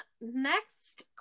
next